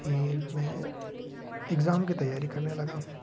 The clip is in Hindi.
फिर मैं एग्जाम की तैयारी करने लगा